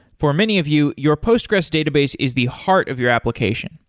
for many of you, your postgres database is the heart of your application.